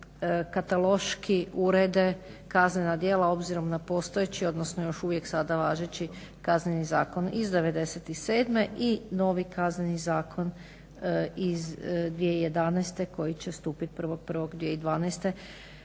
kataloški urede kaznena djela obzirom na postojeći, odnosno još uvijek sada važeći Kazneni zakon iz '97. i novi Kazneni zakon iz 2011. koji će stupiti 1.01.2013.